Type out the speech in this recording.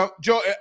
Joe